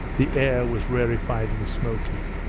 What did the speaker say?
the air was rarefied and smoky.